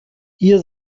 hier